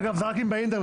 אגב, זה רק באינטרנט.